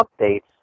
updates